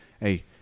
hey